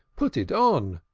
put it on,